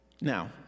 Now